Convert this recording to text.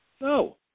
No